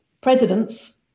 presidents